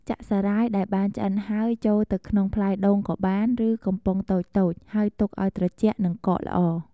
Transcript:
ចាក់សារាយដែលបានឆ្អិនហើយចូលទៅក្នុងផ្លែដូងក៏បាន ឬកំប៉ុងតូចៗ ហើយទុកឱ្យត្រជាក់ និងកកល្អ។